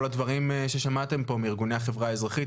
הדברים ששמעתם פה מארגוני החברה האזרחית,